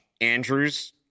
Andrews